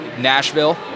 Nashville